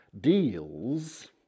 deals